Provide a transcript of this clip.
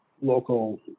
local